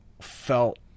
felt